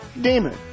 demon